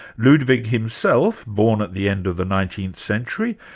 ludwig himself, born at the end of the nineteenth century,